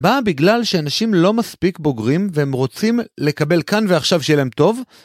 מה? בגלל שאנשים לא מספיק בוגרים והם רוצים לקבל כאן ועכשיו שיהיה להם טוב?